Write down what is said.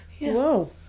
whoa